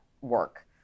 work